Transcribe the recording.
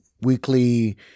weekly